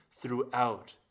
throughout